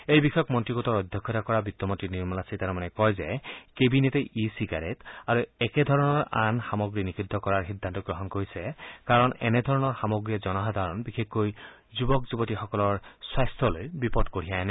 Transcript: এই বিষয়ক মন্ত্ৰীগোটৰ অধ্যক্ষতা কৰা বিত্তমন্ত্ৰী নিৰ্মলা সীতাৰমণে কয় যে কেবিনেটে ই চিগাৰেট আৰু একেধৰণৰ আন সামগ্ৰী নিষিদ্ধ কৰাৰ সিদ্ধান্ত গ্ৰহণ কৰিছে কাৰণ এনেধৰণৰ সামগ্ৰীয়ে জনসাধাৰণ বিশেষকৈ যুৱক যুৱতীসকলৰ স্বাস্থলৈ বিপদ কঢ়িয়াই আনে